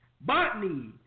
botany